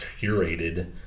curated